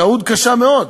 טעות קשה מאוד.